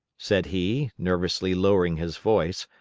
said he, nervously lowering his voice,